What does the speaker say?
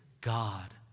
God